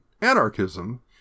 anarchism